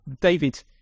David